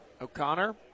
O'Connor